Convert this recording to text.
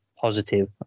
Positive